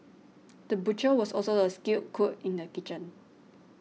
the butcher was also a skilled cook in the kitchen